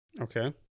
Okay